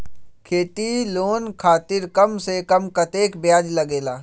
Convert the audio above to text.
खेती लोन खातीर कम से कम कतेक ब्याज लगेला?